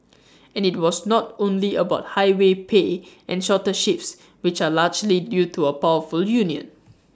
and IT was not only about higher pay and shorter shifts which are largely due to A powerful union